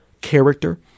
character